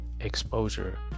exposure